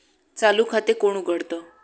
चालू खाते कोण उघडतं?